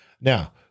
now